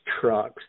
trucks